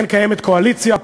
לכן קיימת קואליציה,